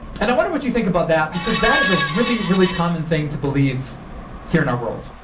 and i wonder what you think about that because that is a really, really common thing to believe here in our world.